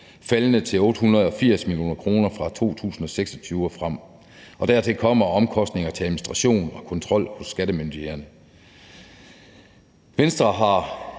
faldende til 880 mio. kr. fra 2026 og frem. Dertil kommer omkostninger til administration og kontrol hos skattemyndighederne. Venstre har